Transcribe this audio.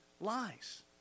lies